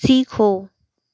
सीखो